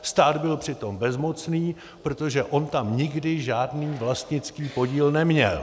Stát byl přitom bezmocný, protože on tam nikdy žádný vlastnický podíl neměl.